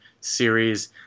series